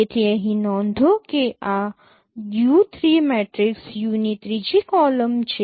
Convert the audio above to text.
તેથી અહીં નોંધો કે આ u3 મેટ્રિક્સ U ની ત્રીજી કોલમ છે